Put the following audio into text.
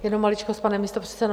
Jenom maličkost, pane místopředsedo.